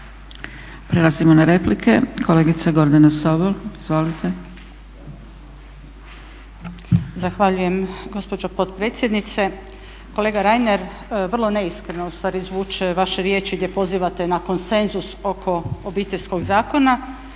Prelazimo na replike. Kolegica Gordana Sobol, izvolite.